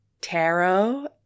tarot